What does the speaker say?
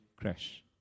crash